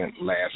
last